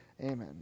Amen